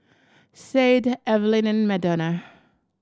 Sade Evelyn Madonna